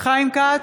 חיים כץ,